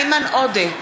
איימן עודה,